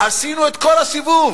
עשינו את כל הסיבוב